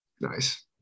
Nice